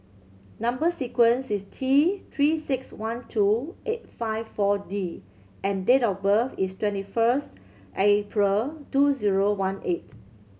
number sequence is T Three Six One two eight five Four D and date of birth is twenty first April two zero one eight